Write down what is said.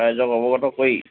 ৰাইজক অৱগত কৰি